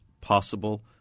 possible